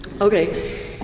Okay